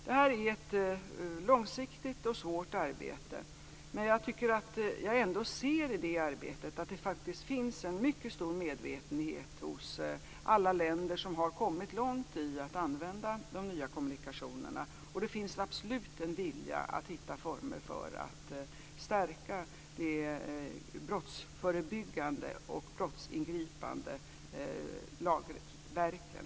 Detta är ett långsiktigt och svårt arbete, men jag tycker ändå att jag i det arbetet ser att det faktiskt finns en mycket stor medvetenhet hos alla länder som har kommit långt med att använda de nya kommunikationerna. Det finns absolut en vilja att hitta former för att stärka de brottsförebyggande och brottsingripande lagverken.